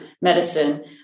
medicine